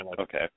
Okay